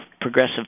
progressive